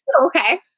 Okay